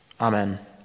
Amen